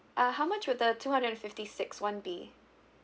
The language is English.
uh how much would the two hundred and fifty six one be